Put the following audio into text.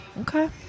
Okay